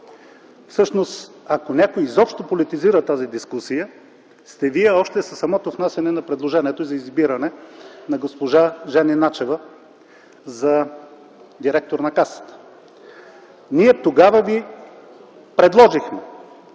Всъщност ако някой изобщо политизира тази дискусия, сте Вие още със самото внасяне на предложението за избиране на госпожа Жени Начева за директор на Касата. Ние тогава ви предложихме